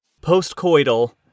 post-coital